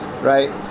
Right